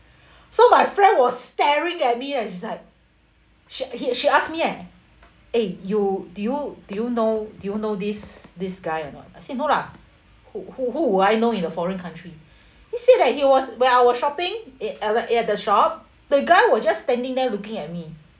so my friend was staring at me and she's like she she ask me eh eh you do you do you know do you know this this guy or not I say no lah who who who would I know in a foreign country he said that he was when I was shopping a~ at the shop the guy was just standing there looking at me